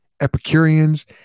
Epicureans